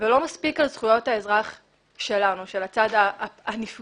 לא מספיק על זכויות האזרח שלנו, של הצד הנפגע.